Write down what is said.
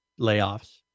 layoffs